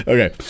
Okay